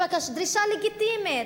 דרישה לגיטימית.